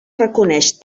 reconeix